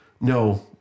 No